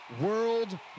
World